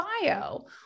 bio